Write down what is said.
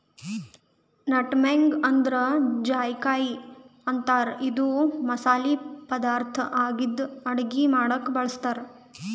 nutmeg ಅಂದ್ರ ಜಾಯಿಕಾಯಿ ಅಂತಾರ್ ಇದು ಮಸಾಲಿ ಪದಾರ್ಥ್ ಆಗಿದ್ದ್ ಅಡಗಿ ಮಾಡಕ್ಕ್ ಬಳಸ್ತಾರ್